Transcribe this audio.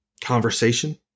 conversation